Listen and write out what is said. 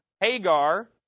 Hagar